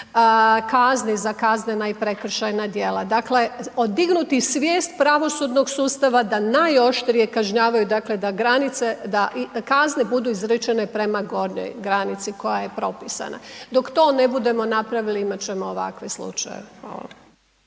kazni za kaznena i prekršajna djela. Dakle, odignuti svijest pravosudnog sustava da najoštrije kažnjavaju, dakle da granice, da kazne budu izrečene prema gornjoj granici koja je propisana. Dok to ne budemo napravili imat ćemo ovakve slučajeve.